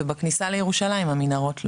ובכניסה לירושלים המנהרות לא.